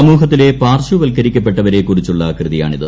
സമൂഹത്തിലെ പാർശ്വവൽക്കരിക്കപ്പെട്ടവരെ കുറിച്ചുള്ള കൃതിയാണിത്